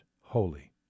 holy